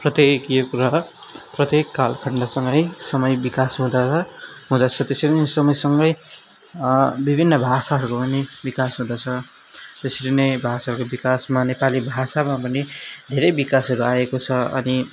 प्रत्येक यो कुरा प्रत्येक कालखन्डसँग नै समय विकास हुँदा हुँदछ त्यसरी नै समयसँगै विभन्न भाषाहरूको पनि विकास हुँदछ त्यसरी नै भाषाको विकासमा नेपाली भाषामा पनि धेरै विकासहरू आएको छ अनि